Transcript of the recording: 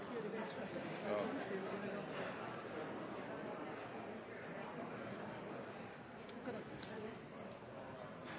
sier at de